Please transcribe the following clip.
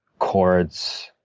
chords,